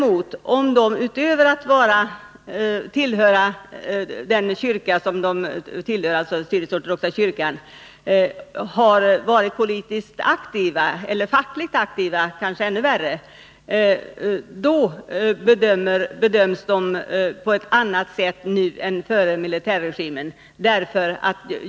Om de däremot, utöver att de tillhör den syrisk-ortodoxa kyrkan, har varit politiskt eller — kanske ännu värre — fackligt aktiva bedöms de på ett annat sätt nu än före militärkuppen.